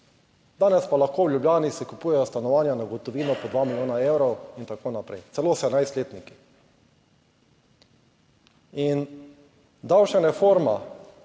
Danes pa lahko v Ljubljani se kupujejo stanovanja na gotovino po dva milijona evrov in tako naprej, celo 17-letniki. Davčna reforma